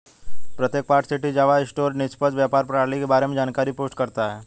प्रत्येक port city Java store निष्पक्ष व्यापार प्रणाली के बारे में जानकारी पोस्ट करता है